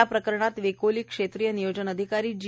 या प्रकरणात वेकोलि क्षेत्रीय नियोजन अधिकारी जी